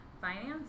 finance